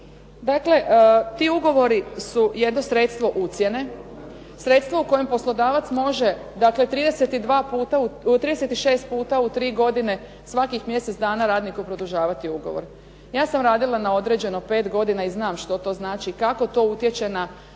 Dakle, ti ugovori su jedno sredstvo ucjene, sredstvo u kojem poslodavac može dakle 36 puta u tri godine svakih mjesec dana radniku produžavati ugovor. Ja sam radila na određeno pet godina i znam što to znači i kako to utječe na